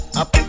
up